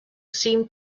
seemed